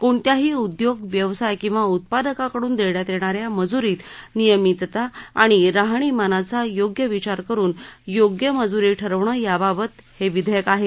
कोणत्याही उद्योग व्यवसाय किंवा उत्पादकाकडून देण्यात येणा या मजूरीत नियमितता आणि रहाणीमानाचा योग्य विचार करुन योग्य मजूरी ठरवणं याबाबत हे विधेयक आहे